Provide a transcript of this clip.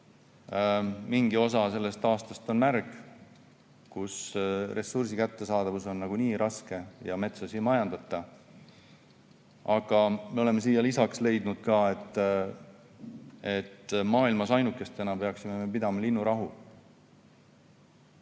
Mingi osa aastast on märg [aeg], kui ressursi kättesaadavus on nagunii raske ja metsa ei majandata. Aga me oleme lisaks leidnud, et maailmas ainukestena peaksime me pidama linnurahu.